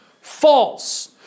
False